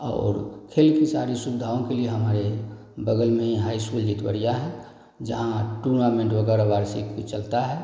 और खेल की सारी सुविधाओं के लिए हमारे बगल में ही हाई इस्कूल जितवरिया है जहाँ टूर्नामेंट वगैरह वार्षिक पे चलता है